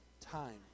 time